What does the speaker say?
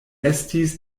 estis